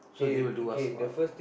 so they will do up for us already